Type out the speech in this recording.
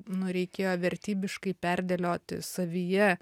nu reikėjo vertybiškai perdėlioti savyje